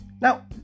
Now